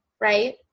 right